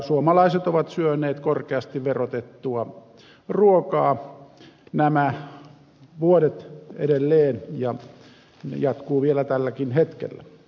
suomalaiset ovat syöneet korkeasti verotettua ruokaa nämä vuodet edelleen ja tämä jatkuu vielä tälläkin hetkellä